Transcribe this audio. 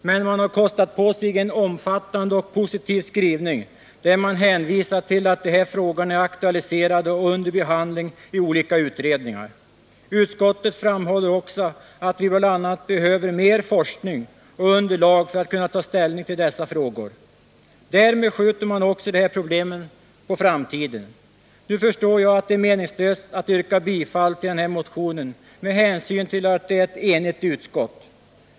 Men man har kostat på sig en omfattande och positiv skrivning, där man hänvisar till att dessa frågor är aktualiserade och under behandling i olika utredningar. Utskottet framhåller också att vi bl.a. behöver mer forskning och underlag för att kunna ta ställning till dessa frågor. Därmed skjuter man de här problemen på framtiden. Jag förstår att det är meningslöst att yrka bifall till motionen med hänsyn till att utskottet är enigt.